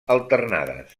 alternades